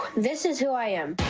this is who i am.